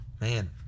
man